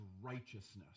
righteousness